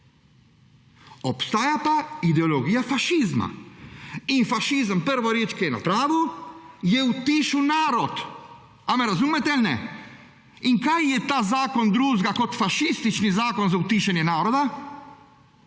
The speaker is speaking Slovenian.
Obstaja pa ideologija fašizma. In fašizem prvo reč, ki jo je napravil, je utišal narod. Ali me razumete ali ne? In kaj je ta zakon drugega kot fašističen zakon za utišanje naroda?